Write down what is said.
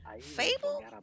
Fable